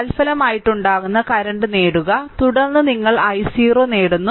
തത്ഫലമായുണ്ടാകുന്ന current നേടുക തുടർന്ന് നിങ്ങൾ i0 നേടുന്നു